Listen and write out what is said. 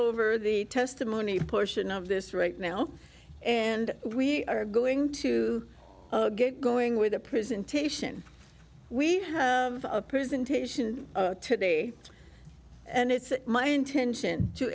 over the testimony portion of this right now and we are going to get going with the prison taishan we have a presentation today and it's my intention to